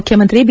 ಮುಖ್ಯಮಂತ್ರಿ ಬಿ